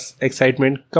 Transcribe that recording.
excitement